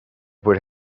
would